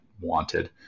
wanted